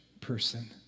person